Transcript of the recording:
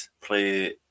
play